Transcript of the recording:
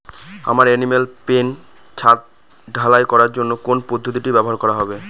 আমার animal pen ছাদ ঢালাই করার জন্য কোন পদ্ধতিটি ব্যবহার করা হবে?